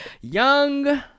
Young